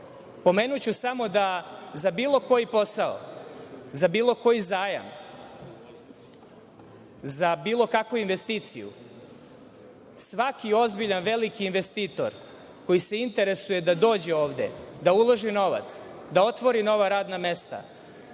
godina. Pomenuću samo da za bilo koji posao, za bilo koji zajam, za bilo kakvu investiciju, svaki ozbiljan veliki investitor koji se interesuje da dođe ovde, da uloži novac, da otvori nova radna mesta,